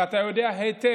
ואתה יודע היטב,